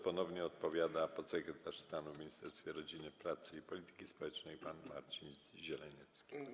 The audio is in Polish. Ponownie odpowiada podsekretarz stanu w Ministerstwie Rodziny, Pracy i Polityki Społecznej pan Marcin Zieleniecki.